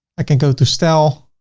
i can go to style